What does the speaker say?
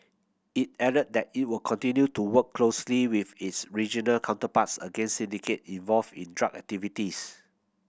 it added that it will continue to work closely with its regional counterparts against syndicate involved in drug activities